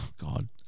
God